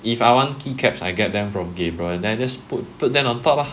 if I want to caps I get them from gabriel then just put put them on top lor